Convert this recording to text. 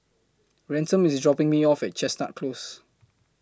Ransom IS dropping Me off At Chestnut Close